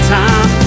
time